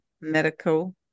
Medical